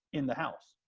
in the house.